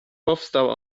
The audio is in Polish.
powstał